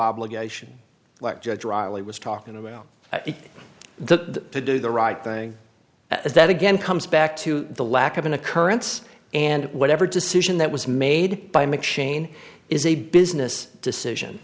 obligation like judge riley was talking about the do the right thing that again comes back to the lack of an occurrence and whatever decision that was made by mcshane is a business decision